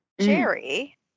Jerry